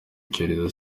icyorezo